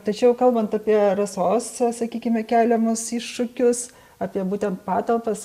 tačiau kalbant apie rasos sakykime keliamus iššūkius apie būtent patalpas